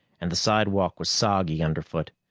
and the sidewalk was soggy underfoot.